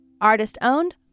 artist-owned